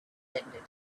had